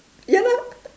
ya lor